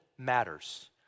matters